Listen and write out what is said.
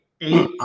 eight